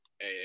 hey